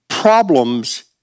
problems